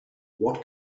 what